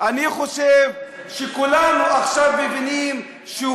מה יש לך לבקר, אני חושב שכולנו עכשיו מבינים שהוא